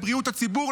לבריאות הציבור,